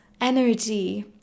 energy